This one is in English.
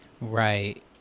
Right